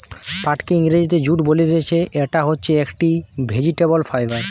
পাটকে ইংরেজিতে জুট বলতিছে, ইটা হচ্ছে একটি ভেজিটেবল ফাইবার